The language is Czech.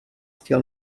chtěl